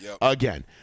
again